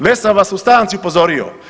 Već sam vas u stanci upozorio.